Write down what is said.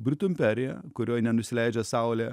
britų imperija kurioj nenusileidžia saulė